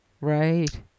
right